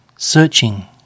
searching